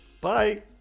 Bye